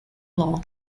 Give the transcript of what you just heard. law